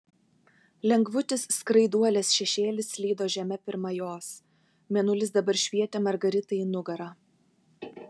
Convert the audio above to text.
lengvutis skraiduolės šešėlis slydo žeme pirma jos mėnulis dabar švietė margaritai į nugarą